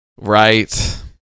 Right